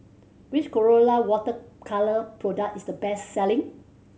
which Colora Water Colour product is the best selling